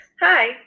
Hi